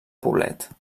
poblet